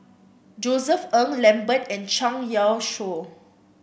Josef Ng Lambert and Zhang Youshuo